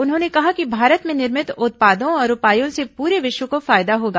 उन्होंने कहा कि भारत में निर्मित उत्पादों और उपायों से पुरे विश्व को फायदा होगा